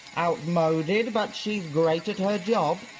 outmoded. but. she's great at her b um